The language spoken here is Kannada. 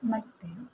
ಮತ್ತೆ